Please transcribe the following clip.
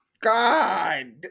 God